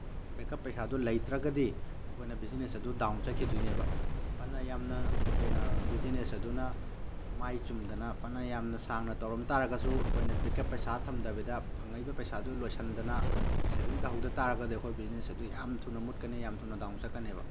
backup ꯄꯩꯁꯥꯗꯣ ꯂꯩꯇ꯭ꯔꯒꯗꯤ ꯑꯩꯈꯣꯏꯅ ꯕꯤꯖꯤꯅꯦꯁ ꯑꯗꯣ ꯗꯥꯎꯟ ꯆꯠꯈꯤꯗꯣꯏꯅꯦꯕ ꯐꯅ ꯌꯥꯝꯅ ꯕꯤꯖꯤꯅꯦꯁ ꯑꯗꯨꯅ ꯃꯥꯏ ꯆꯨꯝꯗꯅ ꯐꯅ ꯌꯥꯝꯅ ꯁꯥꯡꯅ ꯇꯧꯔꯝ ꯇꯥꯔꯒꯁꯨ ꯑꯩꯈꯣꯏꯅ ꯕꯦꯛꯀꯞ ꯄꯩꯁꯥ ꯊꯝꯗꯕꯤꯗ ꯐꯪꯉꯛꯏꯕ ꯄꯩꯁꯥꯗꯣ ꯂꯣꯏꯁꯤꯟꯗꯅ ꯁꯦꯕꯤꯡ ꯇꯧꯍꯧꯗ ꯇꯥꯔꯒꯗꯤ ꯑꯩꯈꯣꯏ ꯕꯤꯖꯤꯅꯦꯁ ꯑꯗꯨ ꯌꯥꯝ ꯊꯨꯅ ꯃꯨꯠꯀꯅꯤ ꯌꯥꯝ ꯊꯨꯅ ꯗꯥꯎꯟ ꯆꯠꯀꯅꯦꯕ